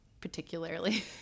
particularly